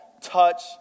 touch